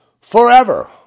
forever